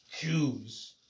Jews